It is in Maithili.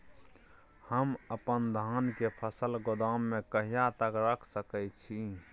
हम अपन धान के फसल गोदाम में कहिया तक रख सकैय छी?